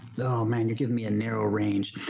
man, you're giving me a narrow range.